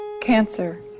Cancer